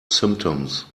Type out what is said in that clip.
symptoms